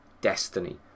destiny